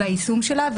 ואת היישום שלה.